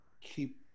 keep